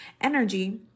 energy